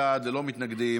22 בעד, ללא מתנגדים.